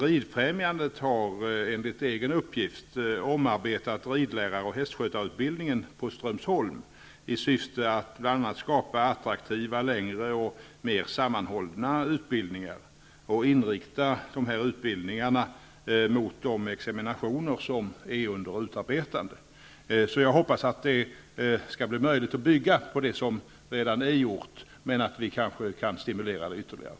Ridfrämjandet har, enligt egen uppgift, omarbetat ridlärar och hästskötarutbildningen på Strömsholm i syfte att bl.a. skapa attraktiva, längre och mer sammanhållna utbildningar och inrikta dem mot de examina som håller på att utarbetas. Jag hoppas att det skall bli möjligt att bygga vidare på det som redan är gjort och att vi kan stimulera detta ytterligare.